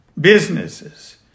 businesses